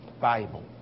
Bible